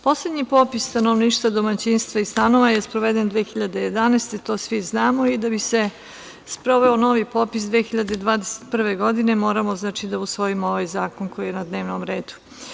Poslednji popis stanovništva, domaćinstva i stanova je sproveden 2011. godine, to svi znamo, i da bi se sproveo novi popis 2021. godine, moramo da usvojimo ovaj zakon koji je na dnevnom redu.